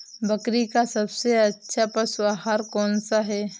बकरी का सबसे अच्छा पशु आहार कौन सा है?